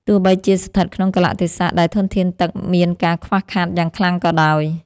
ទោះបីជាស្ថិតក្នុងកាលៈទេសៈដែលធនធានទឹកមានការខ្វះខាតយ៉ាងខ្លាំងក៏ដោយ។